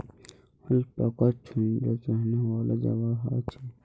alpaca झुण्डत रहनेवाला जंवार ह छे